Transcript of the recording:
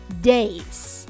days